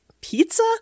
pizza